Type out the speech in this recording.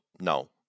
no